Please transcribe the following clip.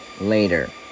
later